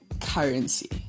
currency